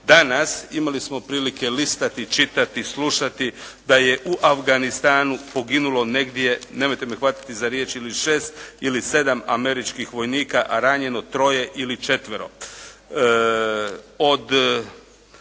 Danas imali smo prilike listati, čitati, slušati da je u Afganistanu poginulo negdje, nemojte me hvatati za riječ, ili 6 ili 7 američkih vojnika, a ranjeno 3 ili 4.